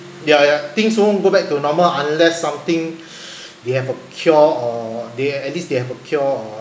ya ya things won't go back to normal unless something they have a cure or they at least they have a cure or